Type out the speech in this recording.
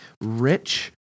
rich